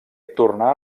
tornà